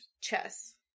Chess